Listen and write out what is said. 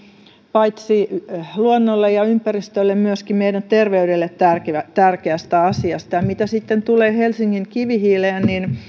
paitsi meidän luonnolle ja ympäristölle myöskin meidän terveydelle tärkeästä tärkeästä asiasta mitä sitten tulee helsingin kivihiileen